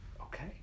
okay